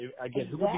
Again